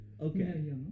Okay